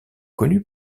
connu